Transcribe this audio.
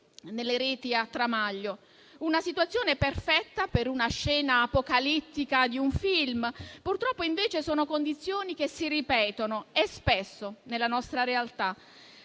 nelle reti a tramaglio. Sembra una situazione perfetta per una scena apocalittica di un film; purtroppo, invece, sono condizioni che si ripetono e spesso nella nostra realtà.